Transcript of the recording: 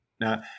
Now